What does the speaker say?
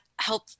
help